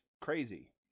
crazy